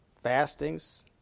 Fastings